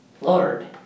Lord